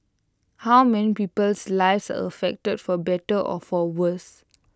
how many people's lives are affected for better or for worse